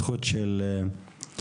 הזכות של הפרט.